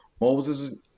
Moses